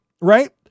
right